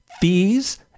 fees